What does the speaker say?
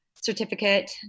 certificate